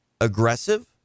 aggressive